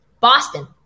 Boston